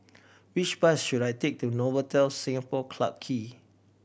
which bus should I take to Novotel Singapore Clarke Quay